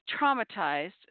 traumatized